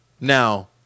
Now